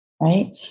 right